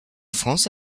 france